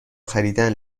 خریدن